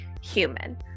human